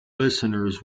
listeners